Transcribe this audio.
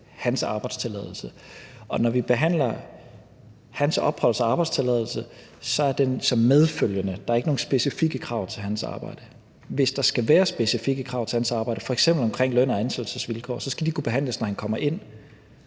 hans arbejdstilladelse, og når vi behandler hans opholds- og arbejdstilladelse, er den under kategorien »medfølgende«. Der er ikke nogen specifikke krav til hans arbejde. Hvis der skal være specifikke krav til hans arbejde, f.eks. om løn- og ansættelsesvilkår, skal de kunne behandles, når han kommer ind.